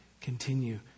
continue